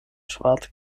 schwarz